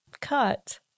cut